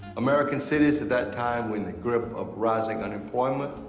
american cities at that time were in the grip of rising unemployment,